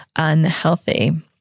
unhealthy